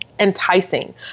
enticing